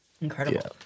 Incredible